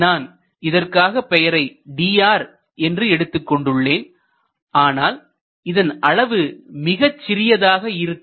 நான் இதற்கான பெயரை dr என்று எடுத்துக் கொண்டுள்ளோம் ஆனால் இதன் அளவு மிகச்சிறியதாக இருக்கும்